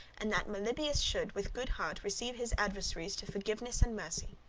and that meliboeus should with good heart receive his adversaries to forgiveness and mercy.